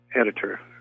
editor